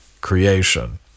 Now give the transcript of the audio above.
creation